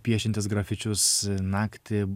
piešiantis grafičius naktį